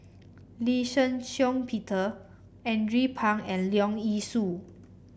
Lee Shih Shiong Peter Andrew Phang and Leong Yee Soo